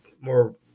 more